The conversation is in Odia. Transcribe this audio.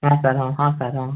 ହଁ ସାର୍ ହଁ ସାର୍ ହଁ